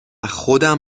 خودم